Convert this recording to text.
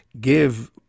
give